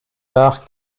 tard